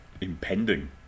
Impending